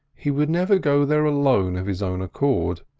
he would never go there alone of his own accord.